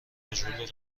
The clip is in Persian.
مجبوری